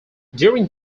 during